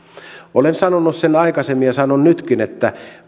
olen sanonut sen aikaisemmin ja sanon nytkin että